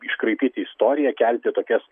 iškraipyti istoriją kelti tokias